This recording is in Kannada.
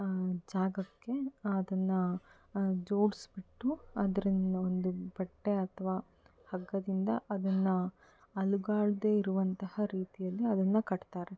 ಜಾಗಕ್ಕೆ ಅದನ್ನು ಜೋಡಿಸಿಬಿಟ್ಟು ಅದರಿಂದ ಒಂದು ಬಟ್ಟೆ ಅಥವಾ ಹಗ್ಗದಿಂದ ಅದನ್ನು ಅಲುಗಾಡದೇ ಇರುವಂತಹ ರೀತಿಯಲ್ಲಿ ಅದನ್ನು ಕಟ್ತಾರೆ